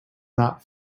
not